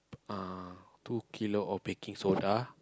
uh two kilo of baking soda